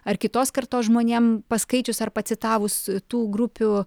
ar kitos kartos žmonėm paskaičius ar pacitavus tų grupių